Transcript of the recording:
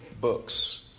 books